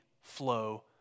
flow